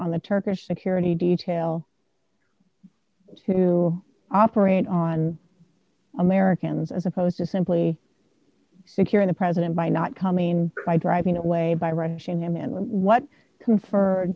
on the turkish security detail to operate on americans as opposed to simply securing the president by not coming by driving away by